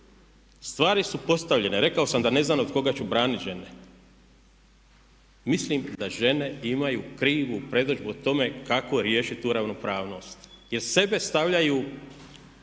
stvari su postavljene, rekao sam da ne znam od koga ću braniti žene. Mislim da žene imaju krivu predodžbu o tome kako riješiti tu ravnopravnost jer sebe stavljaju